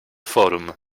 forum